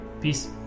Peace